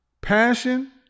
Passion